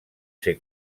ser